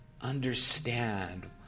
understand